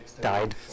died